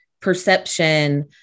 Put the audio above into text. perception